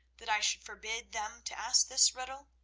that i should forbid them to ask this riddle?